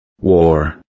War